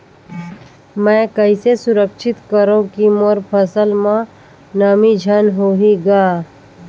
मैं कइसे सुरक्षित करो की मोर फसल म नमी झन होही ग?